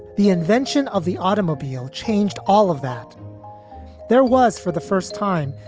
the invention of the automobile changed all of that there was, for the first time,